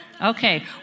Okay